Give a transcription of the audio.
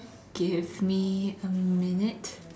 give me a minute